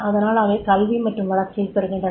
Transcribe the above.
அதனால் அவை கல்வி மற்றும் வளர்ச்சியைப் பெறுகின்றன